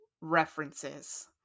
references